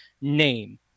name